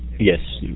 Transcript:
Yes